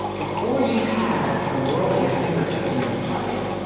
before you had the world at your fingertips, in your pocket,